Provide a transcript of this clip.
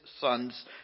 sons